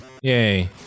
Yay